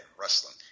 wrestling